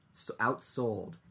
outsold